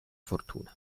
fortuna